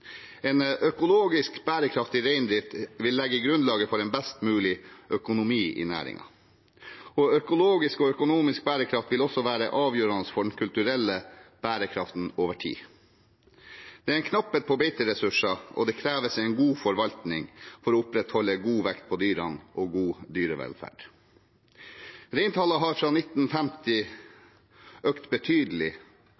En økologisk bærekraftig reindrift vil legge grunnlaget for en best mulig økonomi i næringen, og økologisk og økonomisk bærekraft vil også være avgjørende for den kulturelle bærekraften over tid. Det er knapphet på beiteressurser, og det kreves en god forvaltning for å opprettholde god vekt på dyrene og god dyrevelferd. Reintallet har fra